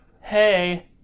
hey